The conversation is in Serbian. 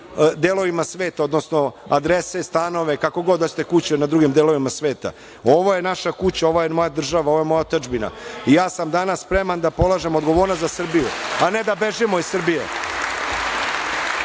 delovima sveta, odnosno adrese, stanove, kako god hoćete, kuće na drugim delovima sveta. Ovo je naša kuća, ovo je moja država, ovo je moja otadžbina. Ja sam danas spreman da polažem odgovornost za Srbiju, a ne da bežimo iz Srbije. Nigde